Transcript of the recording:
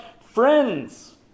friends